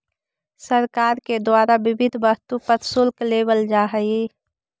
सरकार के द्वारा विविध वस्तु पर शुल्क लेवल जा हई